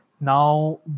Now